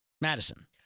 Madison